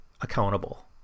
accountable